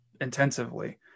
intensively